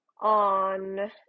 on